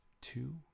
two